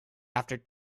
after